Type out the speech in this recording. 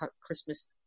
Christmas